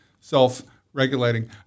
self-regulating